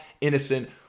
Innocent